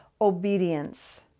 obedience